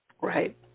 right